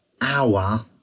hour